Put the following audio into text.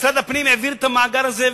משרד הפנים העביר את המאגר הזה,